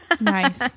Nice